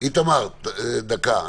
איתמר, דקה.